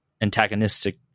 antagonistic